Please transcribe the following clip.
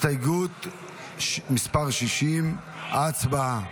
הסתייגות מס' 60, הצבעה.